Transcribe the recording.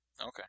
Okay